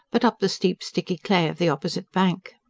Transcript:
but up the steep sticky clay of the opposite bank.